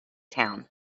town